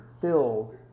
filled